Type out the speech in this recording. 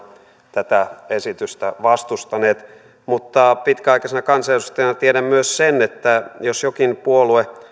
tätä esitystä vastustaneet mutta pitkäaikaisena kansanedustajana tiedän myös sen että jos jokin puolue